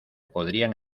podrían